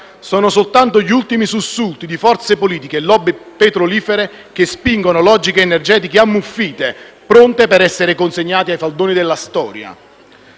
sono soltanto gli ultimi sussulti di forze politiche e *lobby* petrolifere che spingono logiche energetiche ammuffite, pronte per essere consegnate ai faldoni della storia.